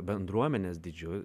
bendruomenės dydžiu